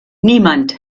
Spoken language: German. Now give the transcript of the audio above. niemand